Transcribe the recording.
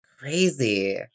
Crazy